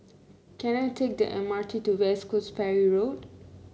can I take the M R T to West Coast Ferry Road